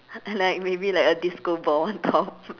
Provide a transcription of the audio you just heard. and like maybe like a disco ball on top